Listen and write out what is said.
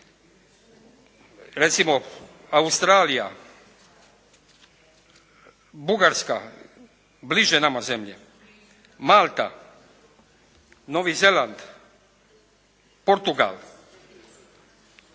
Recimo Australija, Bugarska, bliže nama zemlje Malta, Novi Zeland, Portugal.